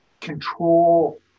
control